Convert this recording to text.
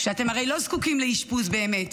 שהרי אתם לא זקוקים לאשפוז באמת.